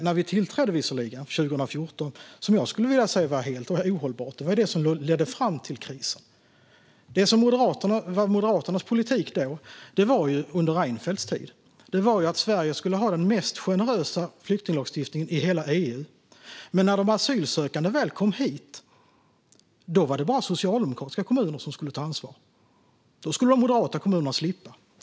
När vi tillträdde 2014 hade vi visserligen ett läge som jag skulle vilja säga var helt ohållbart. Det var det som ledde fram till krisen. Det som var Moderaternas politik då - det var under Reinfeldts tid - var att Sverige skulle ha den mest generösa flyktinglagstiftningen i hela EU. Men när de asylsökande väl kom hit var det bara socialdemokratiska kommuner som skulle ta ansvar. Då skulle de moderata kommunerna slippa.